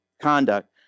conduct